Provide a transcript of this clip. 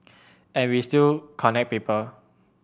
I we still connect people